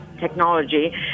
Technology